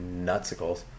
nutsicles